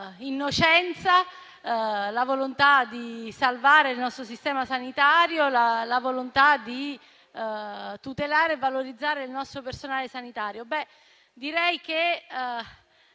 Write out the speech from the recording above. la volontà di salvare il nostro sistema sanitario e di tutelare e valorizzare il nostro personale sanitario.